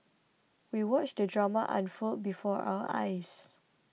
we watched the drama unfold before our eyes